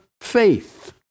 faith